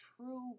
true